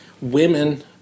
women